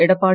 Edappadi